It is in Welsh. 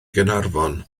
gaernarfon